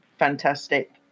Fantastic